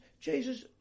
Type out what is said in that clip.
Jesus